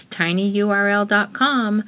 tinyurl.com